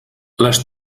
les